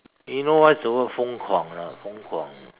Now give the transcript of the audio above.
you know what's the word 疯狂 not 疯狂